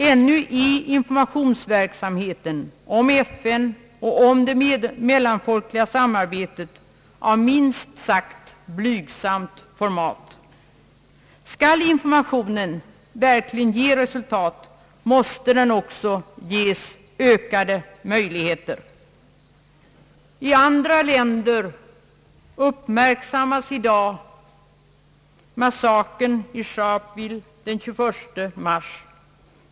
Ännu är informationsverksamheten om FN och om det mellanfolkliga samarbetet av minst sagt blygsamt format. Skall informationen verkligen ge resultat måste den också ges ökade möjligheter. I andra länder uppmärksammas i dag massakern i Sharpeville den 21 mars.